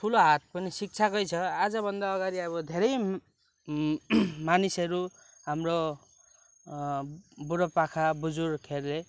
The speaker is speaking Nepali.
ठुलो हात पनि शिक्षाकै छ आजभन्दा अगाडि अब धेरै मानिसहरू हाम्रो हाम्रो बुढोपाकाहरू बुजुर्गहरूले